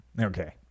Okay